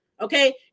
okay